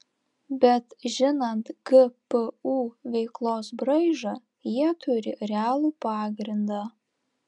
bet žinant gpu veiklos braižą jie turi realų pagrindą